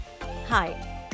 Hi